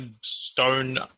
stone